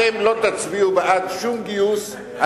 אתם לא תצביעו בעד שום גיוס,